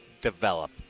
develop